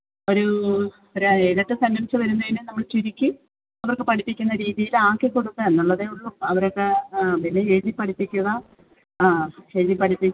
ഒരു ഒരു ഏഴ് എട്ട് സെൻ്റെൻസ്സ് വരുന്നതിനെ നമ്മൾ ചുരുക്കി അവർക്ക് പഠിപ്പിക്കുന്ന രീതീലാക്കി കൊടുക്കാൻ എന്നുള്ളതേ ഉള്ളു അവർക്ക് പിന്നെ എഴുതി പഠിപ്പിക്കുക എഴുതി പഠിപ്പിക്കുക